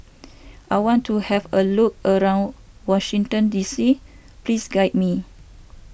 I want to have a look around Washington D C please guide me